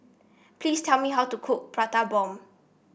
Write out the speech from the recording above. please tell me how to cook Prata Bomb